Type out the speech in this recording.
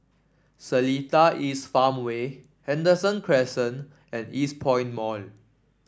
Seletar East Farmway Henderson Crescent and Eastpoint Mall